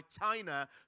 China